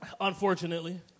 Unfortunately